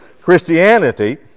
Christianity